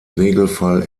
regelfall